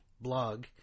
blog